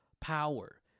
power